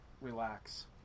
relax